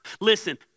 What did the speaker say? Listen